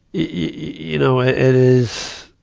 you know, it is,